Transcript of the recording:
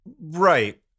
Right